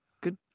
good